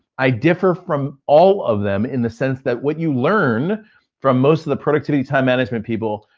i differ from all of them in the sense that what you learn from most of the productivity time management people,